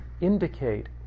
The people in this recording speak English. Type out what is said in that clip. indicate